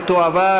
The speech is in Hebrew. ותועבר